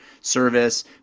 service